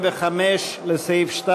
40 לא התקבלה.